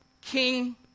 king